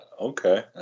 Okay